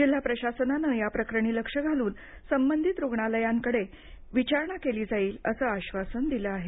जिल्हा प्रशासनानं याप्रकरणी लक्ष घालून संबंधित रुग्णालयांकडे याप्रकरणी विचारणा केली जाईल असं आश्वासन दिलं आहे